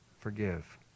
forgive